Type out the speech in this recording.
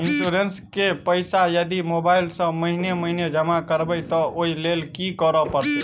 Insurance केँ पैसा यदि मोबाइल सँ महीने महीने जमा करबैई तऽ ओई लैल की करऽ परतै?